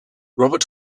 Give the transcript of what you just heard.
robert